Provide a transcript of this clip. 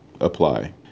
apply